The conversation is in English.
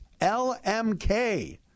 LMK